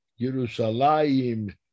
Yerushalayim